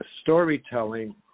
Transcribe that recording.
storytelling